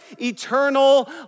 eternal